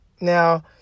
Now